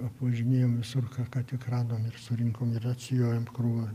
apvažinėjom visur ką tik radom ir surinkom ir atsijojom krūvą